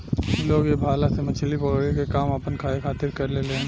लोग ए भाला से मछली पकड़े के काम आपना खाए खातिर करेलेन